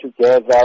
together